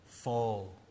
Fall